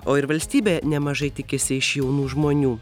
o ir valstybė nemažai tikisi iš jaunų žmonių